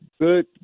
Good